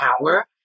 power